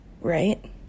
right